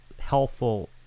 helpful